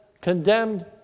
condemned